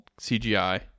CGI